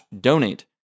donate